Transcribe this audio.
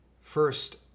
first